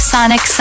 Sonic